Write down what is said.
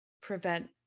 prevent